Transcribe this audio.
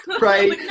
Right